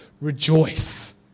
Rejoice